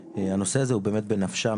שהנושא הזה הוא באמת בנפשם,